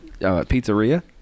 pizzeria